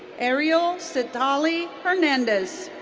ariel citlalli hernandez.